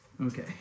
Okay